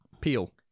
Peel